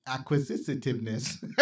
Acquisitiveness